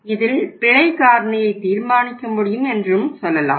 இதில் பிழை காரணியை தீர்மானிக்க முடியும் என்று சொல்லலாம்